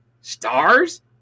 stars